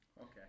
Okay